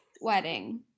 wedding